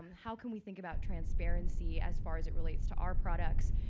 how can we think about transparency as far as it relates to our products,